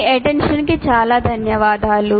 మీ attention కి చాలా ధన్యవాదాలు